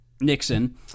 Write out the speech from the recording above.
Nixon